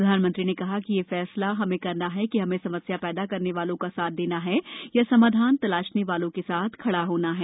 प्रधानमंत्री ने कहा कि यह फैसला हमें करना है कि हमें समस्या ौदा करने वालों का साथ देना है या समाधान तलाशने वालों के साथ खड़ा होना है